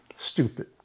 Stupid